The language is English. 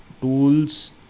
Tools